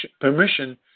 permission